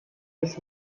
das